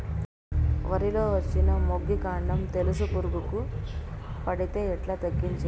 వరి లో వచ్చిన మొగి, కాండం తెలుసు పురుగుకు పడితే ఎట్లా తగ్గించేకి?